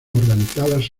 organizadas